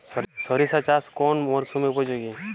সরিষা চাষ কোন মরশুমে উপযোগী?